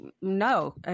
no